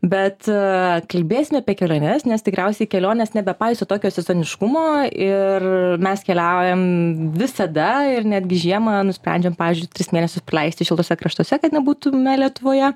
bet kalbėsime apie keliones nes tikriausiai kelionės nebepaiso tokio sezoniškumo ir mes keliaujam visada ir netgi žiemą nusprendžiam pavyzdžiui tris mėnesius praleisti šiltuose kraštuose kad nebūtume lietuvoje